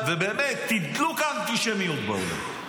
ובאמת תדלוק האנטישמיות בעולם.